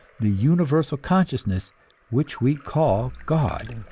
the universal consciousness which we call god.